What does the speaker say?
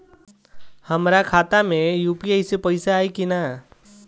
हमारा खाता मे यू.पी.आई से पईसा आई कि ना?